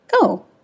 go